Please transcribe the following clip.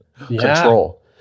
control